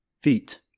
Feet